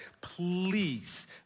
please